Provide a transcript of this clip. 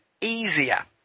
easier